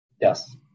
Yes